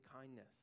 kindness